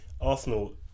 Arsenal